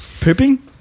pooping